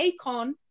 Akon